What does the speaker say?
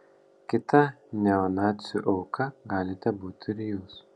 kita neonacių auka galite būti ir jūs